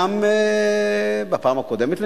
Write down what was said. גם בפעם הקודמת,